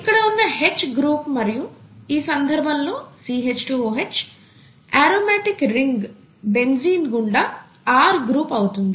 ఇక్కడ ఉన్న H group మరియు ఈ సందర్భంలో CH2 OH aromatic ring benzene గుండా R గ్రూప్ అవుతుంది